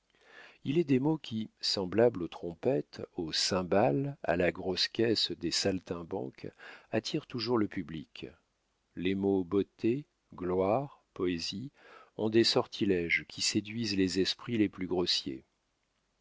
il est des mots qui semblables aux trompettes aux cymbales à la grosse caisse des saltimbanques attirent toujours le public les mots beauté gloire poésie ont des sortiléges qui séduisent les esprits les plus grossiers